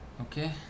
Okay